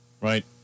Right